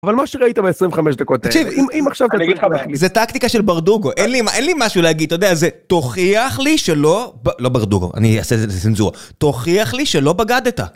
אבל מה שראית בעשרים וחמש דקות, תקשיב, אם עכשיו אני אגיד לך... זה טקטיקה של ברדוגו, אין לי מה, אין לי משהו להגיד, אתה יודע, זה תוכיח לי שלא, לא ברדוגו, אני אעשה את זה לצנזורה, תוכיח לי שלא בגדת.